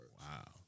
Wow